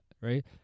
Right